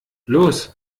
los